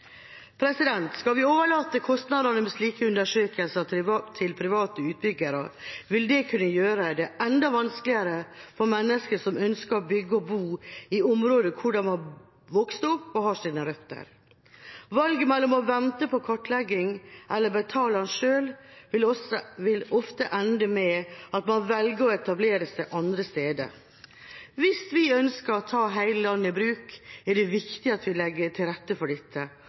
Skal vi overlate kostnadene med slike undersøkelser til private utbyggere, vil det kunne gjøre det enda vanskeligere for mennesker som ønsker å bygge og bo i områder hvor de har vokst opp og har sine røtter. Valget mellom å vente på kartlegging eller å betale den selv vil ofte ende med at man velger å etablere seg andre steder. Hvis vi ønsker å ta hele landet i bruk, er det viktig at vi legger til rette for dette,